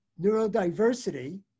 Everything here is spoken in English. neurodiversity